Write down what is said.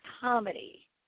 comedy